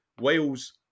Wales